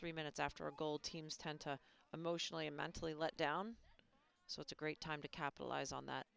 three minutes after goal teams tend to emotionally and mentally let down so it's a great time to capitalize on that